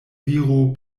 viro